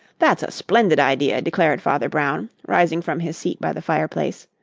that's a splendid idea, declared father brown, rising from his seat by the fireplace.